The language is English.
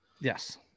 Yes